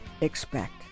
expect